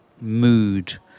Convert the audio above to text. mood